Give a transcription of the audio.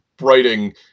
writing